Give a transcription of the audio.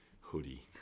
Hoodie